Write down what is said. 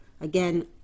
Again